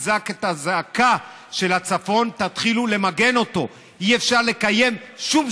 היא הצעת חוק של גזל וגנבה לאור יום ובאליבי של חקיקה.